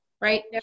Right